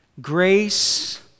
grace